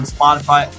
Spotify